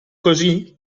così